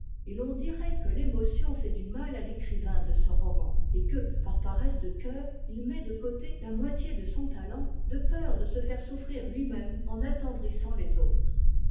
et t'en dirait que t'émotion fait du mal à t'écrivain de ce roman et que par paresse de cœur it met de côté la moitié de son talent de peur de se faire souffrir tui même en attendrissant les autres